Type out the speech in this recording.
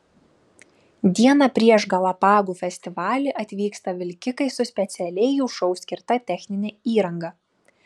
dieną prieš galapagų festivalį atvyksta vilkikai su specialiai jų šou skirta technine įranga